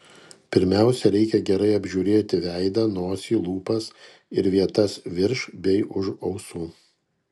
pirmiausia reikia gerai apžiūrėti veidą nosį lūpas ir vietas virš bei už ausų